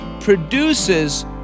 produces